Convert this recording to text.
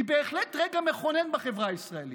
היא בהחלט רגע מכונן בחברה הישראלית.